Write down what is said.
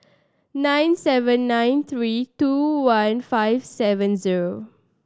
nine seven nine three two one five seven zero